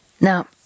Now